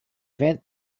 event